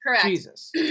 Jesus